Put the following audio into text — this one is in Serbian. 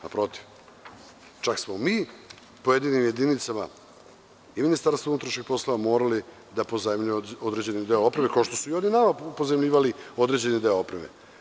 Naprotiv, čak smo pojedinim jedinicama Ministarstva unutrašnjih poslova morali da pozajmljujemo određeni deo opreme, kao što su i oni nama pozajmljivali određeni deo opreme.